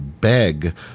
beg